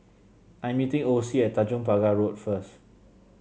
I'm meeting Osie at Tanjong Pagar Road first